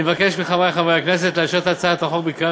אני מבקש מחברי חברי הכנסת לאשר את הצעת החוק בקריאה